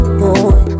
boy